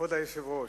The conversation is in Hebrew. אדוני היושב-ראש,